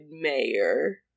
mayor